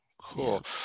cool